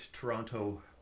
Toronto